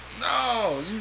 No